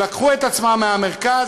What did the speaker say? שלקחו את עצמם מהמרכז,